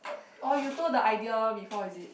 uh oh you told the idea before is it